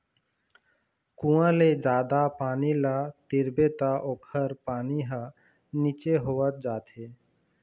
कुँआ ले जादा पानी ल तिरबे त ओखर पानी ह नीचे होवत जाथे